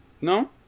No